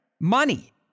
Money